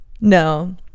no